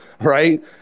right